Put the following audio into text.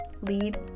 Lead